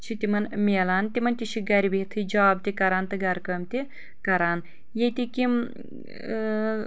چھُ تمن مِلان تمن تہِ چھُ گرِ بہتھی جاب تہِ کران تہٕ گرٕ کٲم تہِ کران ییٚتِکۍ یِم